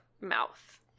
mouth